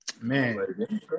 Man